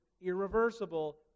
irreversible